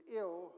ill